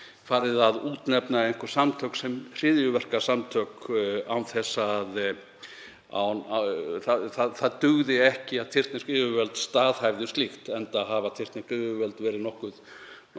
farið að útnefna einhver samtök sem hryðjuverkasamtök, það dugði ekki að tyrknesk yfirvöld staðhæfðu slíkt, enda hafa tyrknesk yfirvöld verið nokkuð